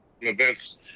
events